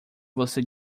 você